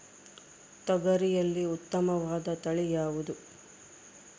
ತೊಗರಿಯಲ್ಲಿ ಉತ್ತಮವಾದ ತಳಿ ಯಾವುದು?